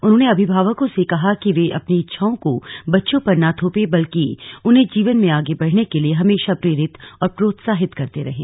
उन्होंने अभिभावकों से भी कहा कि वे अपनी इच्छाओं को बच्चों पर न थोपे बल्कि उन्हें जीवन में आगे बढ़ने के लिए हमेशा प्रेरित और प्रोत्सांहित करते रहें